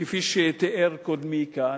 כפי שתיאר קודמי כאן,